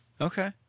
Okay